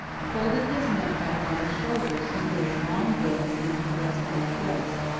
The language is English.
folded his neck back on his shoulders until his long bill seemed to rest on his breast,